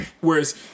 Whereas